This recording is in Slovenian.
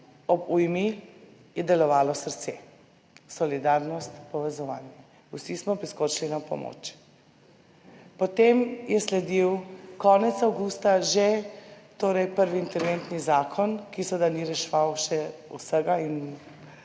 ob ujmi je delovalo srce, solidarnost, povezovanje, vsi smo priskočili na pomoč. Potem je sledil konec avgusta že prvi interventni zakon, ki seveda še ni reševal vsega,